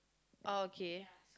oh okay